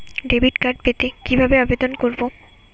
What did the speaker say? Debit card পেতে কিভাবে আবেদন করব?